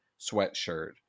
sweatshirt